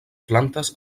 plantes